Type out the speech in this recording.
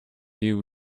you